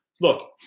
Look